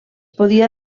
podia